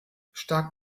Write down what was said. stark